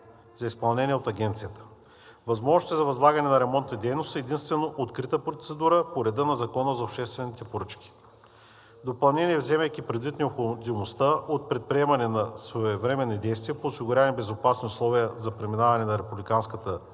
за изпълнение от Агенцията. Възможност за възлагане на ремонтна дейност е единствено открита процедура по реда на Закона за обществените поръчки. В допълнение, вземайки предвид необходимостта от предприемане на своевременни действия по осигуряване на безопасни условия за преминаване на републиканската пътна